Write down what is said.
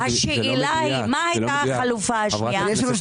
חברת הכנסת,